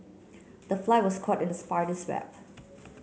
the fly was caught in spider's web